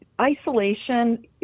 isolation